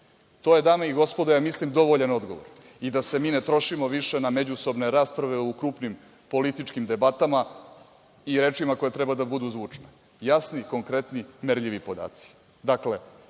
je, dame i gospodo, dovoljan odgovor. Da se mi ne trošimo više na međusobne rasprave u krupnim političkim debatama i rečima koje treba da budu zvučne. Jasni, konkretni, merljivi podaci.